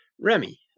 Remy